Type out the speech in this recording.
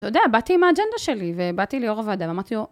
אתה יודע, באתי עם האג'נדה שלי, ובאתי ליו"ר הוועדה ואמרתי לו...